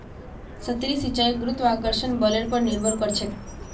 सतही सिंचाई गुरुत्वाकर्षण बलेर पर निर्भर करछेक